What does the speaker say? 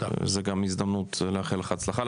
זו גם הזדמנות לאחל לך הצלחה,